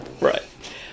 Right